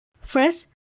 First